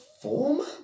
Former